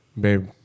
Babe